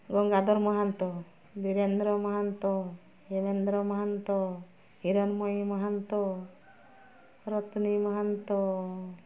Gangadhar Mahanta Birendra Mahanta Hirendra Mahanta Hiranmayee Mahanta Ratni Mahanta